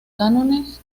cánones